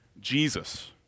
Jesus